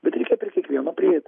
bet reikia prie kiekvieno prieit